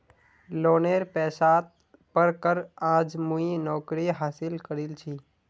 लोनेर पैसात पढ़ कर आज मुई नौकरी हासिल करील छि